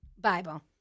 Bible